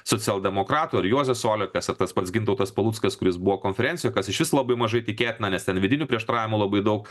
socialdemokratų ir juozas olekas ir tas pats gintautas paluckas kuris buvo konferencijoj kas iš vis labai mažai tikėtina nes ten vidinių prieštaravimų labai daug